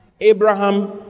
abraham